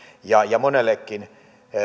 ja ja monellekin